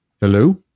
hello